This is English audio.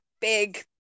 big